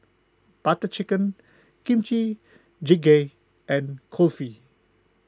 Butter Chicken Kimchi Jjigae and Kulfi